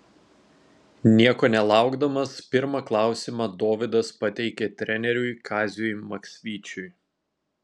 nieko nelaukdamas pirmą klausimą dovydas pateikė treneriui kaziui maksvyčiui